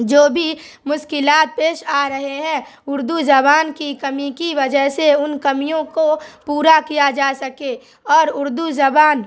جو بھی مشکلات پیش آ رہے ہیں اردو زبان کی کمی کی وجہ سے ان کمیوں کو پورا کیا جا سکے اور اردو زبان